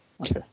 okay